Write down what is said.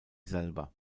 selber